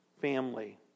family